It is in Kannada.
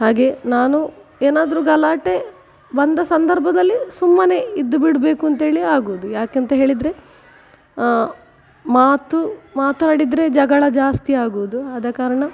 ಹಾಗೆ ನಾನು ಏನಾದರೂ ಗಲಾಟೆ ಬಂದ ಸಂದರ್ಭದಲ್ಲಿ ಸುಮ್ಮನೆ ಇದ್ದು ಬಿಡಬೇಕು ಅಂತ ಹೇಳಿ ಆಗುವುದು ಯಾಕೆ ಅಂತ ಹೇಳಿದರೆ ಮಾತು ಮಾತಾಡಿದರೆ ಜಗಳ ಜಾಸ್ತಿ ಆಗುವುದು ಆದ ಕಾರಣ